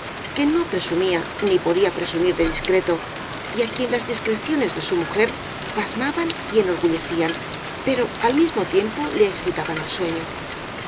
que no pre sumía ni podía presumir de discreto y á quien las discreciones de su mujer pasmaban y enorgulle cían pero al mismo tiempo le excitaban al sueño